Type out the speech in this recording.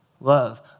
Love